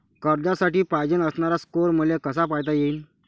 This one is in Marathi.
कर्जासाठी पायजेन असणारा स्कोर मले कसा पायता येईन?